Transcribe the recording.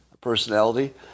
personality